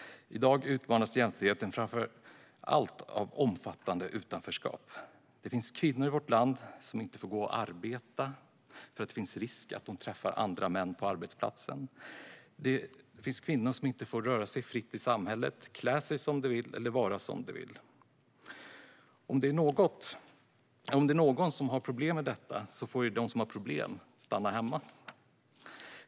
I dag utmanas jämställdheten framför allt av ett omfattande utanförskap. Det finns kvinnor i vårt land som inte får arbeta för att det finns risk att de träffar män på arbetsplatsen. Det finns kvinnor som inte får röra sig fritt i samhället, klä sig som de vill eller vara som de vill. Om någon har problem med det borde det vara den personen som stannar hemma.